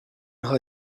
her